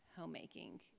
homemaking